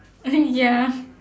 ya